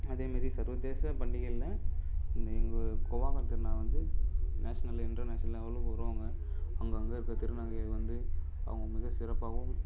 அதேமாரி சர்வதேச பண்டிகைகள்ல நீங்கள் எங்கள் கோவாகத் திருநாள் வந்து நேஷனல் இன்டெர்நேஷனல் லெவலுக்கு வருவாங்க அங்கே அங்கே இருக்கிற திருநங்கைகள் வந்து அவங்க மிகச்சிறப்பாகவும்